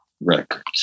records